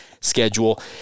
schedule